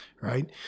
right